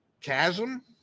chasm